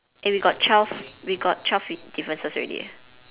eh we got twelve we got twelve differences already eh